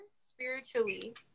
spiritually